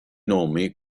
nomi